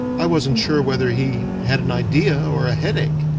i wasn't sure whether he had an idea or a headache.